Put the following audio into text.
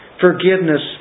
Forgiveness